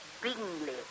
Bingley